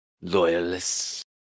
loyalists